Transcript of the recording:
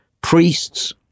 priests